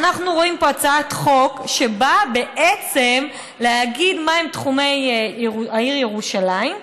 אנחנו רואים פה הצעת חוק שבאה בעצם להגיד מהם תחומי העיר ירושלים,